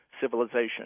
civilization